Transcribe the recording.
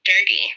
dirty